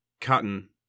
Cotton